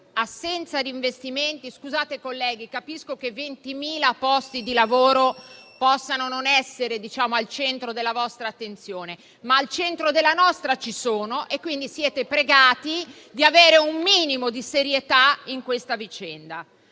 assenza di investimenti... *(Brusìo)*. Scusate, colleghi, capisco che 20.000 posti di lavoro possano non essere al centro della vostra attenzione, ma al centro della nostra ci sono e quindi siete pregati di avere un minimo di serietà in questa vicenda.